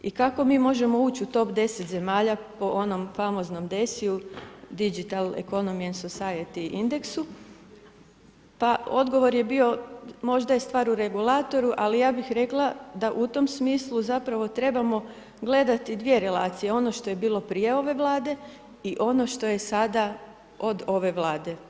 I kako mi možemo ući u top 10 zemalja po onom famoznom DESI-u Digital Economy and Society Indexu pa odgovor je bio možda je stvar u regulatoru, ali ja bih rekla da u tom smislu zapravo trebamo gledati dvije relacije ono što je bilo prije ove Vlade i ono što je sada od ove Vlade.